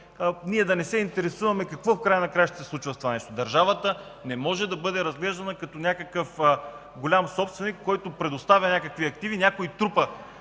ние да не се интересуваме какво се случва с това нещо. Държавата не може да бъде разглеждана като някакъв голям собственик, който предоставя някакви активи – някой трупа